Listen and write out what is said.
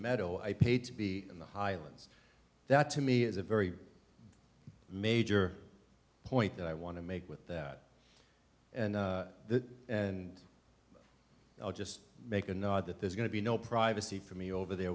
meadow i paid to be in the highlands that to me is a very major point that i want to make with that and the and i'll just make a note that there's going to be no privacy for me over there